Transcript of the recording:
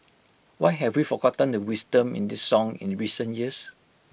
why have we forgotten the wisdom in this song in the recent years